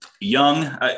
young